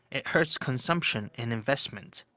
it hurts consumption and investment.